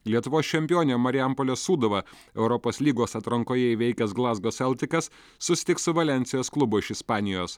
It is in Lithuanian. lietuvos čempionę marijampolės sūduvą europos lygos atrankoje įveikęs glazgo seltikas susitiks su valensijos klubu iš ispanijos